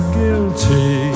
guilty